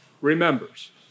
remembers